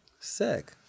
sick